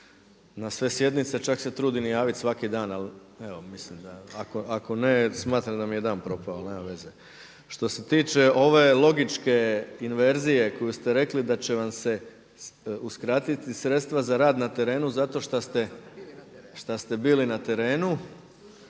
na sve sjednice. Čak se trudim javit i svaki dan, ali evo mislim da ako ne, smatram da mi je dan propao. Ali nema veze. Što se tiče ove logičke inverzije koju ste rekli da će vam se uskratiti sredstva za rad na terenu zato šta ste bili na terenu.